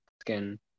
skin